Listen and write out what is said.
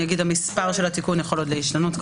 המספר של התיקון יכול עוד להשתנות,